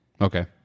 Okay